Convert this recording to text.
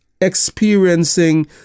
experiencing